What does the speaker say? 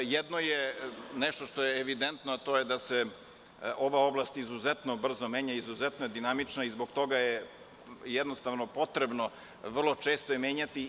Jedno je nešto što je evidentno, a to je da se ova oblast izuzetno brzo menja i izuzetno je dinamična i zbog toga je jednostavno potrebno vrlo često je menjati.